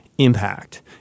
impact